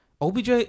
OBJ